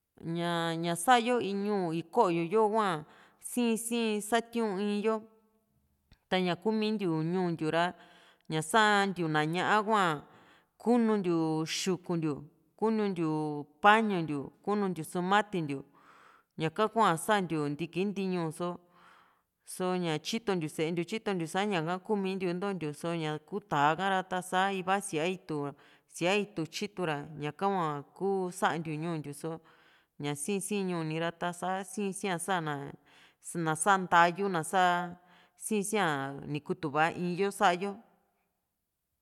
ñaa ña sa´yo ñuu ikoyo yo hua siin sii satiun in yo taña kuu mintiu ñuu ntiu ra ña santiu na ña hua kununtiu xukuntiu kununtiu pañu ntiu kununtiu sumati ntiu ñaka hua santiu ntiki ntiiñu só só ña tyitontiu sée ntiu tyitontiu sa ña´ha kuumintiu intontiu so tá´a kara sa iva sia itu síaa itu tyitura ñaka hua kuu santiu ñuu ntiu só ña sii sii ñuu ra ta´sa sii sii a sa´na na saa ntayu na sa´a sii si´a ni kutu va in yo sa´a yo